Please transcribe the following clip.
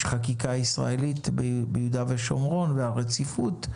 חקיקה ישראלית ביהודה ושומרון והרציפות.